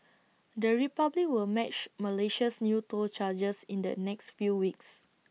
the republic will match Malaysia's new toll charges in the next few weeks